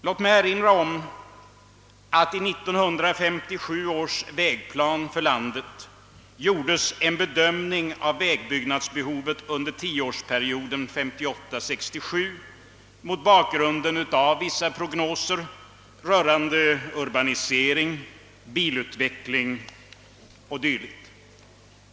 Låt mig erinra om att det i 1957 års vägplan för landet gjordes en bedömning av vägbyggnadsbehovet under tioårsperioden 1958—1967 mot bakgrunden av vissa prognoser rörande urbanisering, bilutveckling och dylikt.